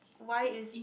why is